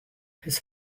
his